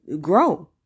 grow